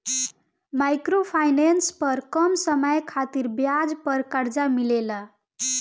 micro finance पर कम समय खातिर ब्याज पर कर्जा मिलेला